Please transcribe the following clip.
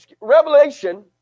revelation